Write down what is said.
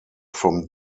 from